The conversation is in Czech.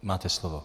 Máte slovo.